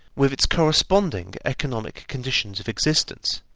with its corresponding economic conditions of existence,